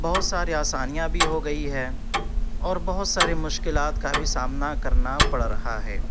بہت سارے آسانیاں بھی ہو گئی ہیں اور بہت سارے مشکلات کا بھی سامنا کرنا پڑ رہا ہے